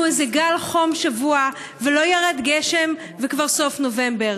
איזה גל חום שבוע ולא ירד גשם וכבר סוף נובמבר,